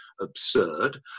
absurd